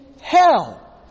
hell